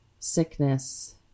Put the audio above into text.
sickness